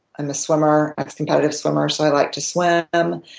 i'm a swimmer, ex-competitive swimmer, so i like to swim. um